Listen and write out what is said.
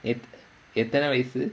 எத்தன வயசு:ethana vayasu